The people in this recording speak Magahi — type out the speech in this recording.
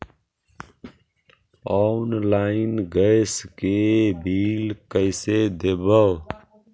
आनलाइन गैस के बिल कैसे देबै?